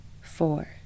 four